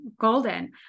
golden